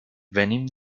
venim